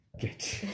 Get